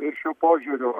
ir šiuo požiūriu